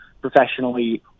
professionally